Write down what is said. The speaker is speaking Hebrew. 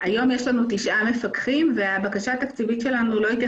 כיום יש לנו תשעה מפקחים והבקשה התקציבית שלנו היא של